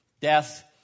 Death